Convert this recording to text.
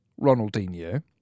Ronaldinho